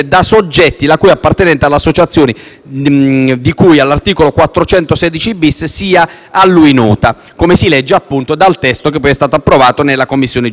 di cui all'articolo 416-*bis* sia a lui nota, come si legge dal testo che è stato approvato nella Commissione giustizia. Si sposta, dunque, l'asse